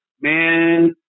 man